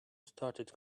started